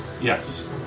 Yes